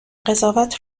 قضاوت